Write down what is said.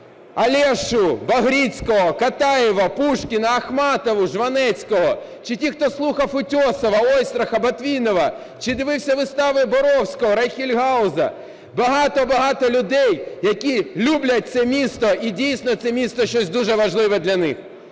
Олешу, Багрицького, Катаєва, Пушкіна, Ахматову, Жванецького, чи ті, хто слухав Утьосова, Ойстраха, Ботвінова, чи дивився вистави Боровського, Райхельгауза – багато-багато людей, які люблять це місто, і, дійсно, це місто – щось дуже важливе для них.